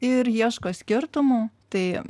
ir ieško skirtumų tai